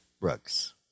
Brooks